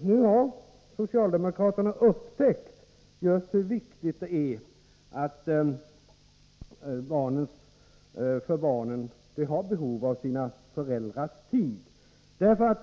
Nu har socialdemokraterna upptäckt hur stort behov barnen har av sina föräldrars tid.